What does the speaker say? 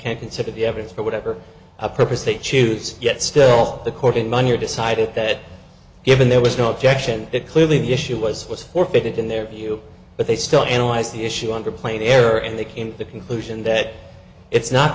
can consider the evidence for whatever purpose they choose yet still the court and money are decided that given there was no objection that clearly the issue was was forfeited in their view but they still analyzed the issue under plain error and they came to the conclusion that it's not